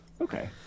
okay